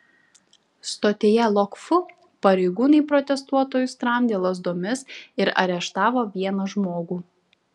stotyje lok fu pareigūnai protestuotojus tramdė lazdomis ir areštavo vieną žmogų